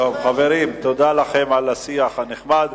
חברים, תודה לכם על השיח הנכבד.